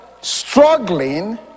struggling